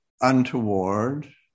untoward